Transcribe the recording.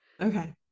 Okay